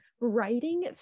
writing